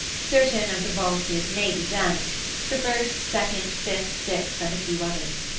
certain of the valses may be danced the first, second, fifth, sixth, and a few others.